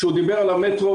שהוא דיבר על המטרו,